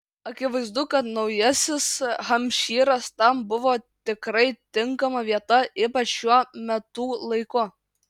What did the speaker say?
akivaizdu kad naujasis hampšyras tam buvo tikrai tinkama vieta ypač šiuo metų laiku